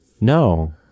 No